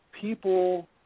people –